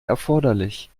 erforderlich